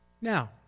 Now